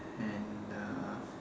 and uh